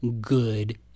good